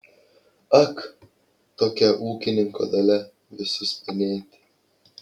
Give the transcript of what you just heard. ak tokia ūkininko dalia visus penėti